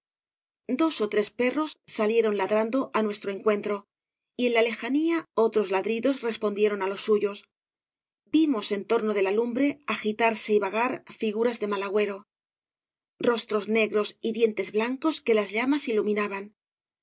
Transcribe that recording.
dos ó tres perros salieron ladrando á nuestro encuentro y en la lejanía otros ladridos respondieron á los suyos vimos en torno de la lumbre agitarse y vagar figuras de mal agüero rostros negros y dientes blancos que las llamas iluminaban